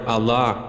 Allah